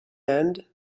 end